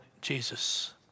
Jesus